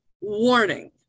Warning